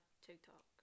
TikTok